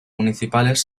municipales